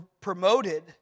promoted